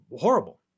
horrible